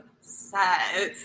obsessed